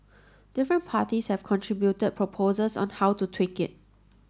different parties have contributed proposals on how to tweak it